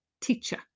teacher